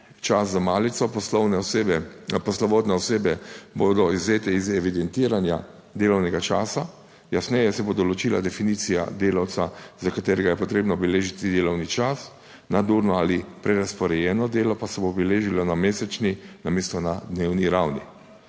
osebe, poslovodne osebe bodo izvzete iz evidentiranja delovnega časa, jasneje se bo določila definicija delavca, za katerega je potrebno beležiti delovni čas, nadurno ali prerazporejeno delo pa se bo beležilo na mesečni namesto na dnevni ravni.